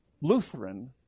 Lutheran